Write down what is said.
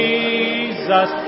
Jesus